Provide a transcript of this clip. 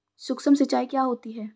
सुक्ष्म सिंचाई क्या होती है?